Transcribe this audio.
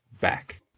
back